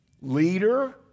leader